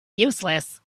useless